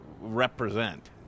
represent